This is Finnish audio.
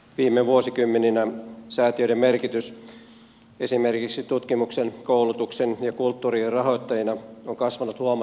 viime vuosikymmeninä säätiöiden merkitys esimerkiksi tutkimuksen koulutuksen ja kulttuurin rahoittajina on kasvanut huomattavasti